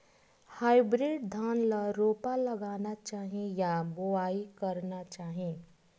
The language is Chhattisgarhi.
हाइब्रिड धान ल रोपा लगाना चाही या बोआई करना चाही?